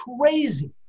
crazy